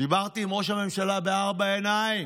דיברתי עם ראש הממשלה בארבע עיניים,